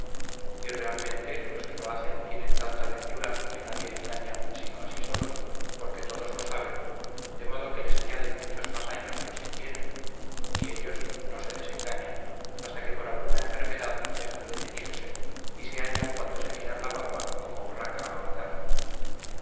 y realmente los que lo hacen tienen tanta ventura que a nadie engañan sino a si solos porque todos lo saben de modo que les añaden muchos mas años de los que tienen y ellos no se desengañan hasta que por alguna enfermedad dejan de teñirse y se hallan cuando se miran la barba como urraca ahorcada